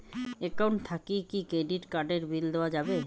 Account থাকি কি credit card এর বিল দেওয়া যাবে?